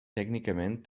tècnicament